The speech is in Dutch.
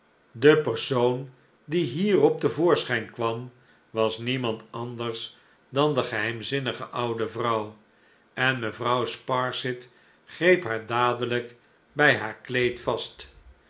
de persoon die hierop te voorschijn kwam was niemand anders dan de geheimzinnige oude vrouw en mevrouw sparsit greep haar dadelijk bij haar kleed vast